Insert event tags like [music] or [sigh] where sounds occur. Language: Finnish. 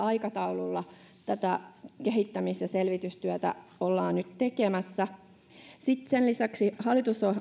[unintelligible] aikataululla tätä kehittämis ja selvitystyötä ollaan nyt tekemässä sen lisäksi hallitus